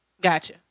Gotcha